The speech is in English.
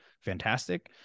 fantastic